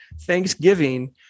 thanksgiving